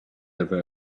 over